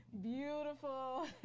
beautiful